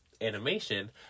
animation